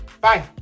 Bye